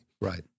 Right